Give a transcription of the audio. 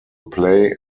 play